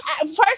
First